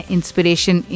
Inspiration